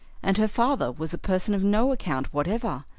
and her father was a person of no account whatever,